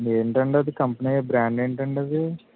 ఏంటండి అది company brand ఏంటండి అది